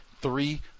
three